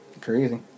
Crazy